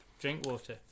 Drinkwater